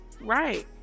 Right